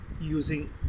using